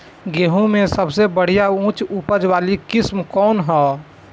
गेहूं में सबसे बढ़िया उच्च उपज वाली किस्म कौन ह?